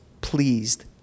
pleased